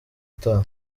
utaha